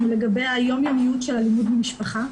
לגבי היומיומיות של אלימות במשפחה.